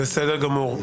בסדר גמור.